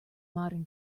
modern